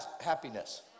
happiness